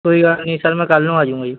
ਕੋਈ ਗੱਲ ਨਹੀਂ ਸਰ ਮੈਂ ਕੱਲ੍ਹ ਆ ਜਾਊਂਗਾ ਜੀ